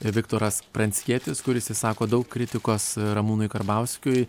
viktoras pranckietis kuris išsako daug kritikos ramūnui karbauskiui